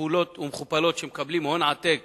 כפולות ומכופלות, שמקבלים הון עתק